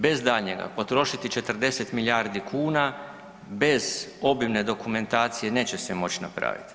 Bez daljnjega potrošiti 40 milijardi kuna bez obilne dokumentacije neće se moći napraviti.